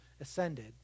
ascended